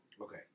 Okay